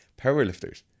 powerlifters